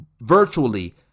virtually